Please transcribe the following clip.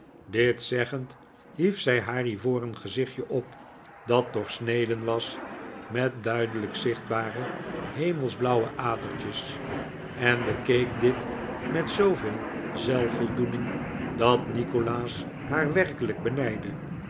dit zeggend hief zij haar ivoren gezichtje op dat doorsneden was met duidelijk zichtbare hemelsblauwe adertjes en bekeek dit met zooveel zelfvoldoening dat nikolaas haar werkelijk benijdde